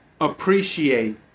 appreciate